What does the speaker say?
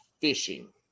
fishing